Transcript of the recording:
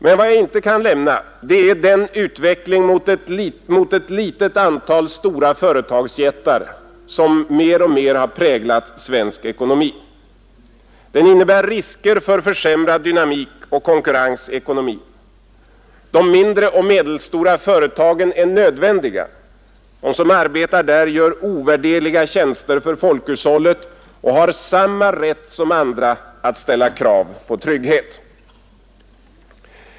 Men vad jag inte kan lämna är den utveckling mot ett litet antal stora företagsjättar som mer och mer har präglat svensk ekonomi. Den innebär risker för försämrad dynamik och konkurrens i ekonomin. De mindre och medelstora företagen är nödvändiga; de som arbetar där gör ovärderliga tjänster för folkhushållet och har samma rätt som andra att ställa krav på trygghet.